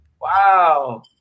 Wow